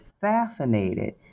fascinated